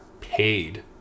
paid